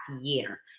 year